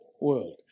world